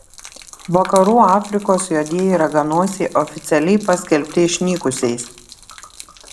vakarų afrikos juodieji raganosiai oficialiai paskelbti išnykusiais